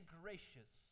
gracious